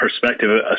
perspective